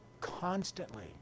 constantly